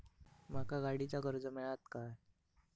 माका गाडीचा कर्ज मिळात काय?